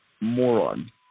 moron